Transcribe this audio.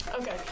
Okay